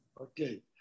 okay